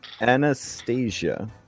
Anastasia